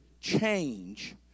change